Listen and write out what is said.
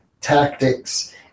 tactics